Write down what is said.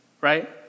right